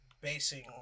basing